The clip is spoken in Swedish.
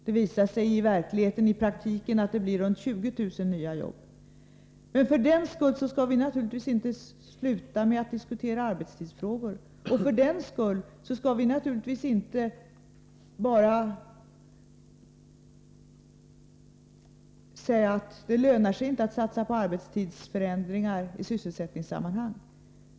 Det visar sig i verkligheten att det blir runt 20 000 nya jobb. För den skull skall vi naturligtvis inte sluta att diskutera arbetstidsfrågor, och för den skull skall vi naturligtvis inte bara säga att det inte lönar sig att satsa på arbetstidsförändringar i sysselsättningssammanhang.